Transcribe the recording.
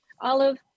Olive